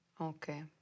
Okay